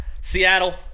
Seattle